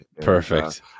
Perfect